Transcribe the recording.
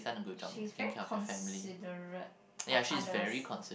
she's very considerate of others